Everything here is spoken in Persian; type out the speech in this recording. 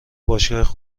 باشگاه